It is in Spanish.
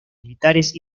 militares